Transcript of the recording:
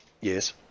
Yes